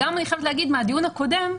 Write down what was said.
לאחר הדיון הקודם,